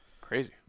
crazy